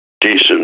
decent